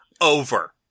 over